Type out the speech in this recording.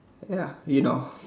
ya you know